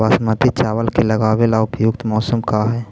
बासमती चावल के लगावे ला उपयुक्त मौसम का है?